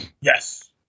Yes